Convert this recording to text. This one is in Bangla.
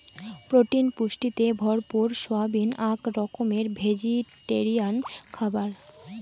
প্রোটিন পুষ্টিতে ভরপুর সয়াবিন আক রকমের ভেজিটেরিয়ান খাবার